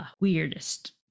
weirdest